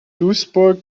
duisburg